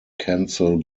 kensal